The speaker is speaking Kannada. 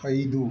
ಐದು